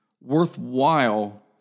worthwhile